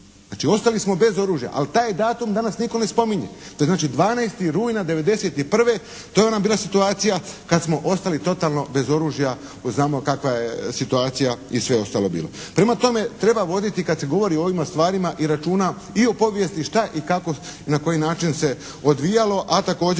Znači, ostali smo bez oružja. Ali taj datum danas nitko ne spominje. To je znači 12. rujna '91. To je ona bila situacija kad smo ostali totalno bez oružja, ako znamo kakva je situacija i sve ostalo bilo. Prema tome, treba voditi kad se govori o ovim stvarima i računa i o povijesti šta i kako i na koji način se odvijalo, a također